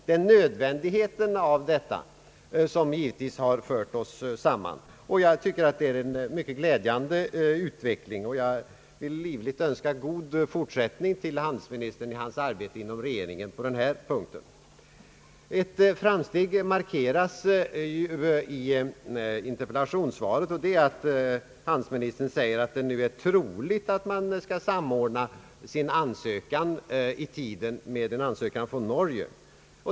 Det är nödvändigheten av detta som har fört oss samman, och jag tycker att det är en mycket glädjande utveckling och vill livligt önska handelsministern god fortsättning i hans arbete inom regeringen på den här punkten. Ett framsteg markeras i interpellationssvaret i och med att handelsministern säger att det är troligt att man skall samordna sin ansökan i tiden med ansökan från Norge.